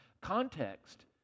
context